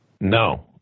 No